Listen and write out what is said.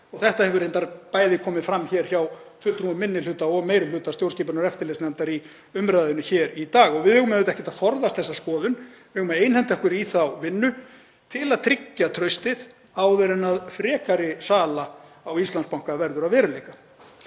sem hefur reyndar bæði komið fram hjá fulltrúum minni hluta og meiri hluta stjórnskipunar- og eftirlitsnefndar í umræðunni hér í dag. Við eigum auðvitað ekki að forðast þessa skoðun. Við eigum að einhenda okkur í þá vinnu til að tryggja traustið áður en frekari sala á Íslandsbanka verður að veruleika.